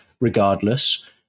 regardless